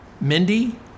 Mindy